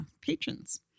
patrons